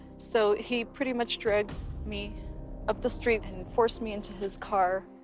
so he pretty much drug me up the street and forced me into his car.